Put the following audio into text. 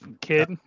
kid